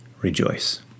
rejoice